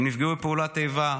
הם נפגעו בפעולת איבה,